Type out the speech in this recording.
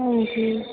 ਹਾਂਜੀ